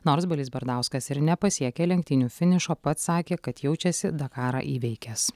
nors balys bardauskas ir nepasiekė lenktynių finišo pats sakė kad jaučiasi dakarą įveikęs